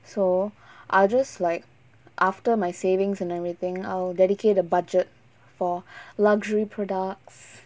so I'll just like after my savings and everything I'll dedicate a budget for luxury products